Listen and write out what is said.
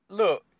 look